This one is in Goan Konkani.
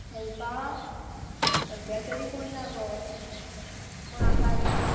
हेल्पाक सद्द्या तरी कोण ना गो कोण आसा बी